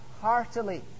heartily